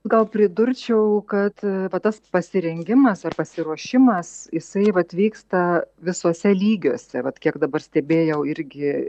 gal pridurčiau kad va tas pasirengimas ar pasiruošimas jisai vat vyksta visuose lygiuose vat kiek dabar stebėjau irgi